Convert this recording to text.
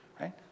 right